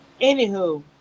Anywho